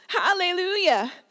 Hallelujah